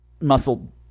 muscle